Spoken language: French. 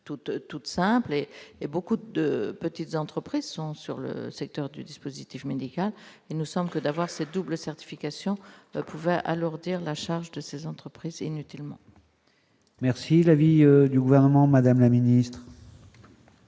toute simple et et beaucoup de petites entreprises sont sur le secteur du dispositif médical, il nous semble que d'avoir cette double certification pouvait alourdir la charge de ces entreprises inutilement. Merci la vie du gouvernement, Madame la Ministre.